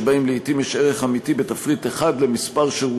שבהם לעתים יש ערך אמיתי בתפריט אחד לכמה שירותים,